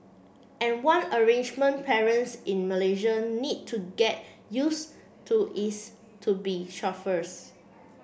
and one arrangement parents in Malaysia need to get used to is to be chauffeurs